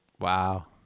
Wow